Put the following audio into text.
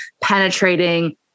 penetrating